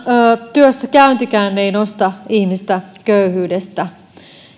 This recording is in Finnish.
työssäkäyntikään ei nosta ihmistä köyhyydestä